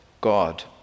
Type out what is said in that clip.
God